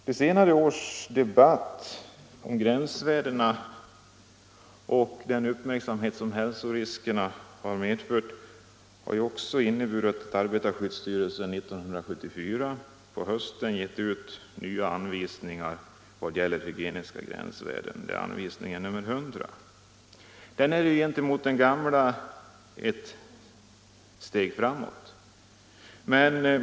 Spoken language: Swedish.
De senare årens debatt om gränsvärden och de uppmärksammade hälsoriskerna har gjort att arbetarskyddstyrelsen 1974 på hösten givit ut nya anvisningar för de hygieniska gränsvärdena — anvisning nr 100. De innebär gentemot de gamla ett steg framåt.